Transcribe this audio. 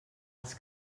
els